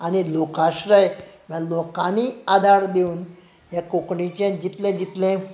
आनी लोकाश्रय म्हणल्यार लोकांनी आदार दिवन हें कोंकणीचें जितलें जितलें